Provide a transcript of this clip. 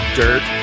dirt